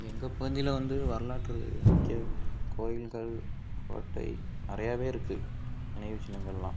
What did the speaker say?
எங்கள் பகுதியில் வந்து வரலாற்று முக்கிய கோவில்கள் கோட்டை நிறையவே இருக்கு நினைவுச் சின்னங்கள்லாம்